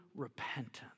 repentance